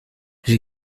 j’ai